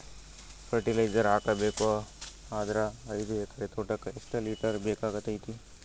Fertiliser ಹಾಕಬೇಕು ಅಂದ್ರ ಐದು ಎಕರೆ ತೋಟಕ ಎಷ್ಟ ಲೀಟರ್ ಬೇಕಾಗತೈತಿ?